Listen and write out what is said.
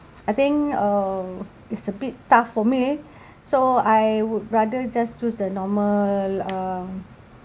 I think uh it's a bit tough for me so I would rather just choose the normal uh